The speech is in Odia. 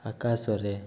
ଆକାଶରେ